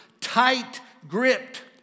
tight-gripped